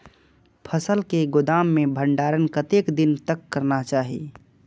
फसल के गोदाम में भंडारण कतेक दिन तक करना चाही?